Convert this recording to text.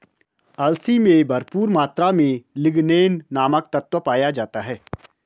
अलसी में भरपूर मात्रा में लिगनेन नामक तत्व पाया जाता है